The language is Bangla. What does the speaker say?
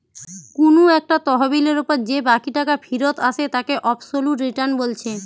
কুনু একটা তহবিলের উপর যে বাকি টাকা ফিরত আসে তাকে অবসোলুট রিটার্ন বলছে